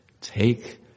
take